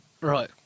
Right